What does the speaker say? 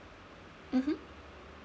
mmhmm